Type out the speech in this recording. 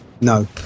No